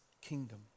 kingdom